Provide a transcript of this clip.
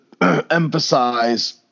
emphasize